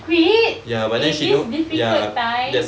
quit in this difficult time